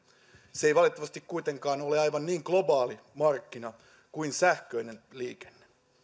se ei valitettavasti kuitenkaan ole aivan niin globaali markkina kuin sähköinen liikenne